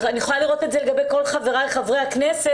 אני יכולה לראות את זה לגבי כל חבריי חברי הכנסת,